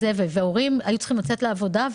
והורים היו צריכים לצאת לעבודה.